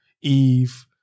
eve